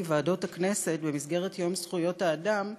ועדות הכנסת במסגרת יום זכויות האדם,